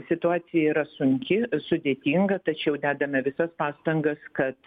situacija yra sunki sudėtinga tačiau dedame visas pastangas kad